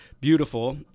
beautiful